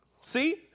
See